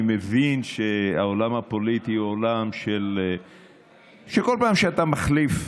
אני מבין שהעולם הפוליטי הוא עולם שכל פעם שאתה מחליף,